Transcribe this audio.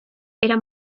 era